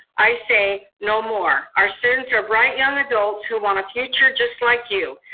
i say no more. our students are bright young adults who want a future, just like you.